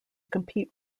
compete